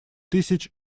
тысяч